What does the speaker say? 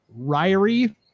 Ryrie